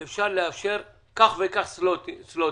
אתם מגיעים למסקנה שאפשר לאשר כך וכך סלוטים?